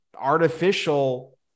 artificial